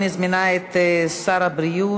אני מזמינה את שר הבריאות,